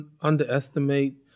underestimate